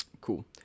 Cool